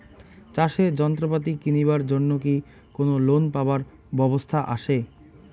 চাষের যন্ত্রপাতি কিনিবার জন্য কি কোনো লোন পাবার ব্যবস্থা আসে?